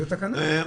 זה תקנה.